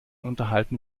unterhalten